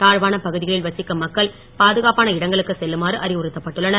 தாழ்வான பகுதிகளில் வசிக்கும் மக்கள் பாதுகாப்பான இடங்களுக்கு செல்லுமாறு அறிவுறுத்தப்பட்டுள்ளனர்